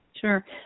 Sure